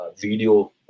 video